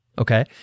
Okay